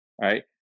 right